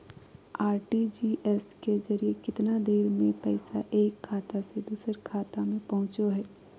RTGS के जरिए कितना देर में पैसा एक खाता से दुसर खाता में पहुचो है?